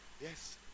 Yes